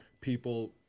people